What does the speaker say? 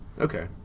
Okay